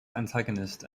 antagonist